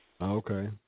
Okay